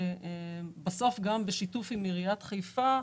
בסוף גם בשיתוף עם עיריית חיפה,